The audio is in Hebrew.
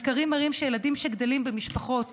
מחקרים מראים שילדים שגדלים במשפחות